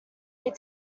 need